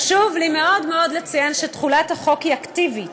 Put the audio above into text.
חשוב לי מאוד מאוד לציין שתחולת החוק היא אקטיבית,